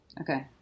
Okay